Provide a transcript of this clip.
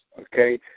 okay